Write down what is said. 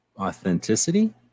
authenticity